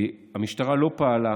המשטרה לא פעלה